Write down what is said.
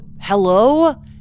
hello